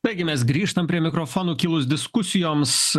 taigi mes grįžtam prie mikrofonų kilus diskusijoms